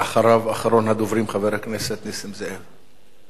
ואחריו, אחרון הדוברים, חבר הכנסת נסים זאב.